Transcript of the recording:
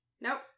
Nope